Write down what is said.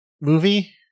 movie